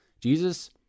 Jesus